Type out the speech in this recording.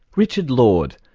richard lord.